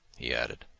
he added.